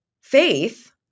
faith